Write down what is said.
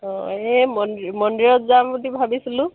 অঁ এই মন্দিৰত যাম বুলি ভাবিছিলোঁ